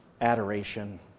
adoration